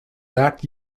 that